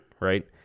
right